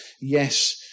Yes